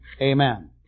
amen